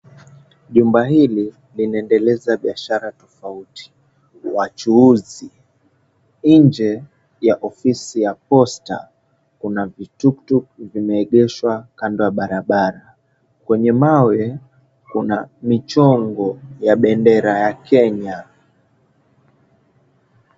Jumba hili linaendeleza biashara tofauti, wachuuzi. Nje ya ofisi ya posta kuna vituktuk vimeegeshwa kando ya barabara. Kwenye mawe kuna michongo ya bendera ya Kenya.